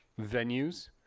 venues